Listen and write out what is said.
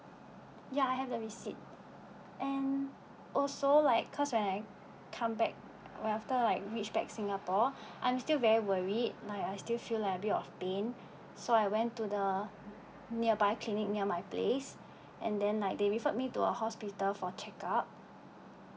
ya I have the receipt and also like cause when I come back after like reach back singapore I'm still very worried my I still feel a bit of pain so I went to the nearby clinic near my place and then like they referred me to a hospital for check-up